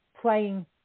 playing